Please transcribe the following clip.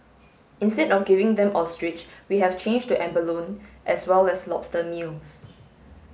instead of giving them ostrich we have changed to abalone as well as lobster meals